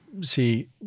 see